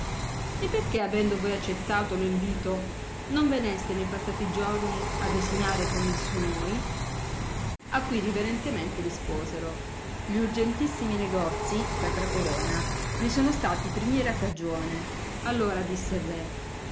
e perchè avendo voi accettato lo invito non veneste ne passati giorni a desinare con esso noi a cui riverentemente risposero gli urgentissimi negozi sacra corona ne sono stati primiera cagione allora disse